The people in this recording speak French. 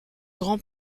grand